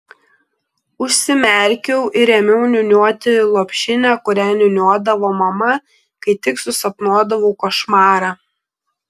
užsimerkiau ir ėmiau niūniuoti lopšinę kurią niūniuodavo mama kai tik susapnuodavau košmarą